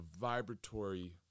vibratory